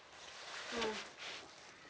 mm